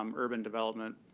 um urban development,